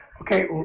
okay